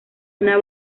una